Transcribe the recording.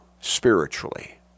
spiritually